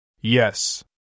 Yes